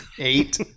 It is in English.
Eight